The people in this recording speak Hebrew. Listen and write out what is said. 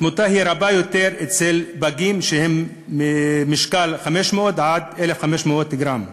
התמותה רבה יותר אצל פגים שהם במשקל 500 1,500 גרם,